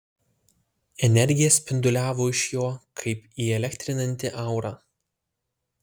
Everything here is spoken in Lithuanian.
energija spinduliavo iš jo kaip įelektrinanti aura